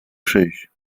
przyjść